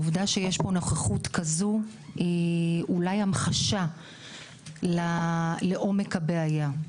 העובדה שיש פה נוכחות כזו היא אולי המחשה לעומק הבעיה.